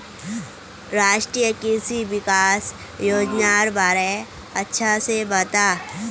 राष्ट्रीय कृषि विकास योजनार बारे अच्छा से बता